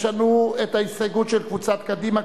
יש לנו הסתייגות של קבוצת קדימה,